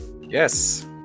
Yes